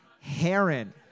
heron